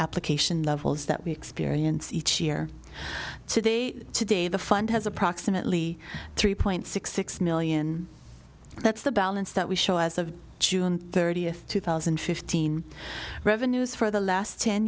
application levels that we experience each year to day to day the fund has approximately three point six six million that's the balance that we show as of june thirtieth two thousand and fifteen revenues for the last ten